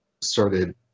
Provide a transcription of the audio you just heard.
started